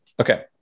Okay